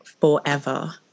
forever